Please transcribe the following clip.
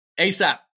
asap